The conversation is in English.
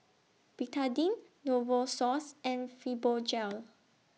Betadine Novosource and Fibogel